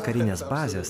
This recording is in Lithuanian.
karinės bazės